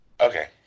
Okay